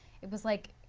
it was like,